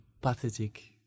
pathetic